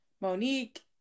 Monique